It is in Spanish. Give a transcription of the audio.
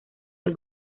del